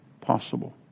possible